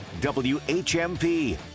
WHMP